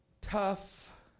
tough